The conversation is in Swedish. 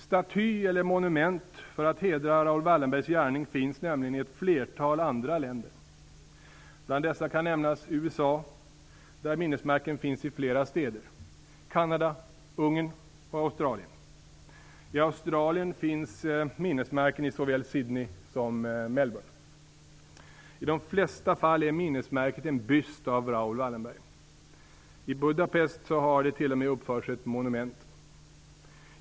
Statyer eller monument för att hedra Raoul Wallenbergs gärning finns nämligen i ett flertal andra länder. Bland dessa kan nämnas USA, där minnesmärken finns i flera städer, Canada, Ungern och Australien. I Australien finns minnesmärken i såväl Sidney som Melbourne. I de flesta fall är minnesmärket en byst av Raoul Wallenberg. Men i Budapest har det t.o.m. uppförts ett monument.